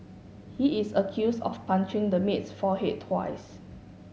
he is accused of punching the maid's forehead twice